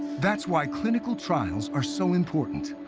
that's why clinical trials are so important.